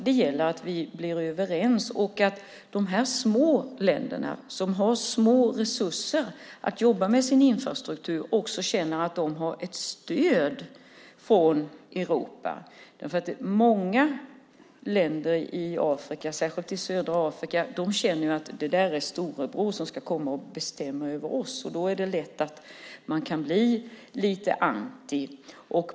Det gäller att vi blir överens och att de små länderna, som har små resurser att jobba med sin infrastruktur, känner att de har stöd från Europa. Många länder i Afrika, särskilt i södra Afrika, känner att det är storebror som ska komma och bestämma över dem. Då är det lätt att man blir lite "anti".